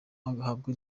agahabwa